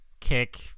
Kick